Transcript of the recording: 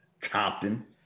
Compton